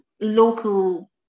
local